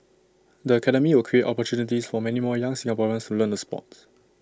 the academy will create opportunities for many more young Singaporeans to learn the Sport